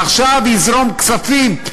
עכשיו יזרמו כספים,